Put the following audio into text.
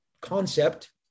concept